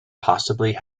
possibly